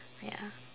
ya